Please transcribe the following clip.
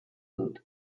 dut